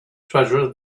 treasure